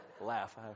laugh